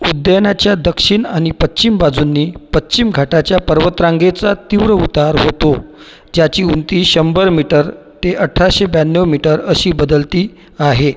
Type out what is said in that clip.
उद्यानाच्या दक्षिण आणि पश्चिम बाजूंनी पश्चिम घाटाच्या पर्वतरांगेचा तीव्र उतार होतो ज्याची उंची शंभर मीटर ते अठराशे ब्याण्णव मीटर अशी बदलती आहे